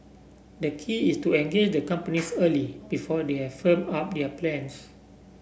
the key is to engage the companies early before they have firmed up their plans